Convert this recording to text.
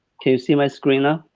you see my screen ah